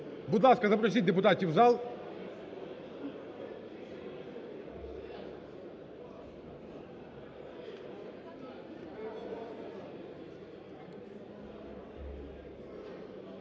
Будь ласка, запросіть депутатів в зал.